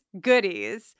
goodies